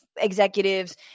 executives